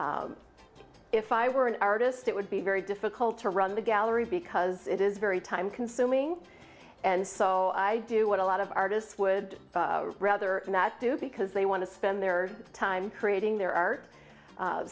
if i were an artist it would be very difficult to run the gallery because it is very time consuming and so i do what a lot of artists would rather not do because they want to spend their time creating their art